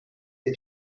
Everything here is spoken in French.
est